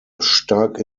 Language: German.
stark